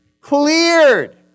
cleared